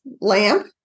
lamp